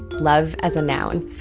love as a noun.